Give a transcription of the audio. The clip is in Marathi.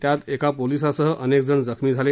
त्यात एका पोलिसासह अनेक जण जखमी झाले